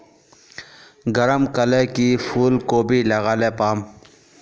गरम कले की फूलकोबी लगाले पाम?